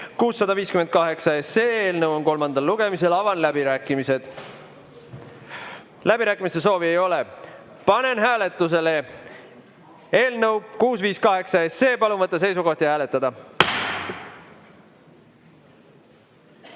658, eelnõu on kolmandal lugemisel. Avan läbirääkimised. Läbirääkimiste soovi ei ole. Panen hääletusele eelnõu 658. Palun võtta seisukoht ja hääletada!